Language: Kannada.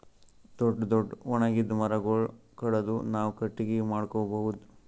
ದೊಡ್ಡ್ ದೊಡ್ಡ್ ಒಣಗಿದ್ ಮರಗೊಳ್ ಕಡದು ನಾವ್ ಕಟ್ಟಗಿ ಮಾಡ್ಕೊಬಹುದ್